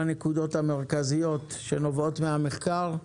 הנקודות המרכזיות שנובעות מן המחקר.